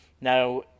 now